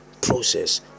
process